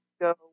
go